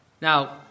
Now